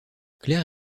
claire